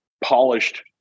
polished